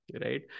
Right